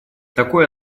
такое